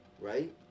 Right